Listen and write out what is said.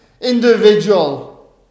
individual